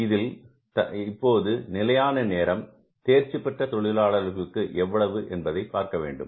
இதில் இப்போது நிலையான நேரம் தேர்ச்சி பெற்ற தொழிலாளர்களுக்கு எவ்வளவு என்பதை பார்க்க வேண்டும்